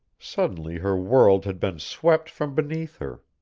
suddenly her world had been swept from beneath her.